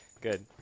Good